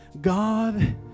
God